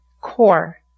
core